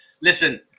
Listen